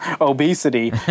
obesity